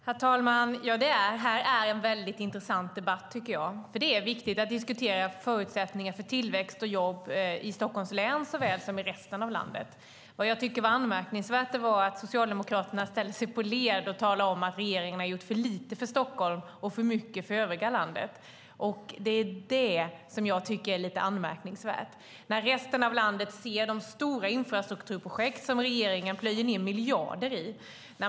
Herr talman! Det här är en väldigt intressant debatt, tycker jag. Det är viktigt att diskutera förutsättningar för tillväxt och jobb i Stockholms län såväl som i resten av landet. Jag tycker att det var anmärkningsvärt att Socialdemokraterna ställde sig på led och talade om att regeringen har gjort för lite för Stockholm och för mycket för övriga landet. Det tycker jag är lite anmärkningsvärt. Resten av landet ser de stora infrastrukturprojekt som regeringen plöjer ned miljarder i.